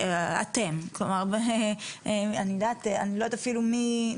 "אתם", אני לא יודע אפילו מי?